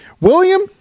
William